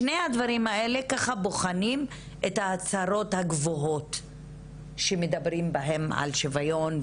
שני הדברים האלה בוחנים את ההצהרות הגבוהות שמדברים בהן על שוויון,